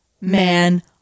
man